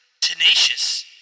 tenacious